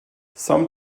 some